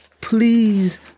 please